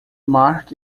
mark